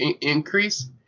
increase